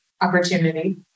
opportunity